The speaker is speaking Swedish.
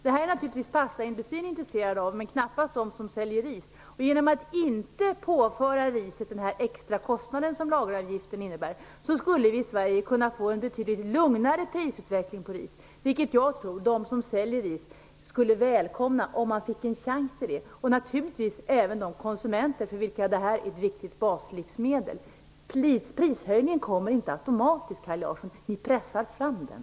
Detta är naturligtvis pastaindustrin intresserad av men knappast de som säljer ris. Genom att inte påföra riset den extra kostnad som lageravgiften innebär skulle vi i Sverige kunna få en betydligt lugnare prisutveckling på ris. Jag tror att de som säljer ris skulle välkomna en sådan, om de fick den chansen. Det skulle naturligtvis även de konsumenter för vilka detta är ett viktigt baslivsmedel göra. Prishöjningen kommer inte automatiskt, Kaj Larsson. Vi pressar fram den.